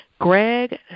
Greg